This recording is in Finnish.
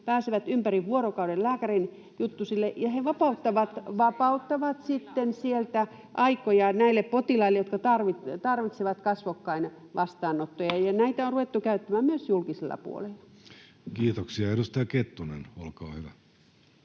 pääsevät ympäri vuorokauden lääkärin juttusille, ja he vapauttavat sitten sieltä aikoja näille potilaille, jotka tarvitsevat kasvokkainvastaanottoa. Ja näitä on ruvettu käyttämään myös julkisella puolella. Kiitoksia. — Edustaja Kettunen, olkaa hyvä.